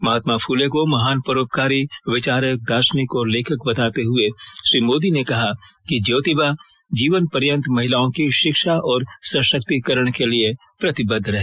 महात्मा फूले को महान परोपकारी विचारक दार्शनिक और लेखक बताते हुए श्री मोदी ने कहा कि ज्योतिबा जीवन पर्यन्त महिलाओं की शिक्षा और सशक्तिकरण के लिए प्रतिबद्ध रहे